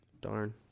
Darn